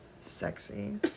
sexy